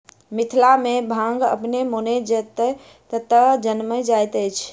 मिथिला मे भांग अपने मोने जतय ततय जनैम जाइत अछि